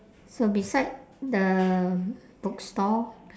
so beside the bookstore